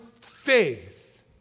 faith